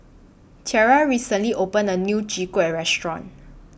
Thyra recently opened A New Chwee Kueh Restaurant